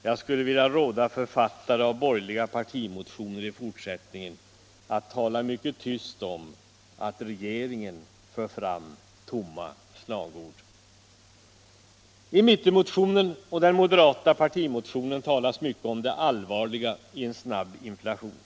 Jag skulle vilja råda författare av borgerliga partimotioner att i fortsättningen tala mycket tyst om att regeringen för fram tomma slagord! I mittenmotionen och den moderata partimotionen talas mycket om det allvarliga i en snabb inflation.